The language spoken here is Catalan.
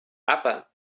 apa